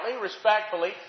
respectfully